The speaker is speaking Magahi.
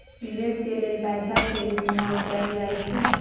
निवेश के लेल पैसा के इस्तमाल कएल जाई छई